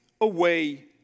away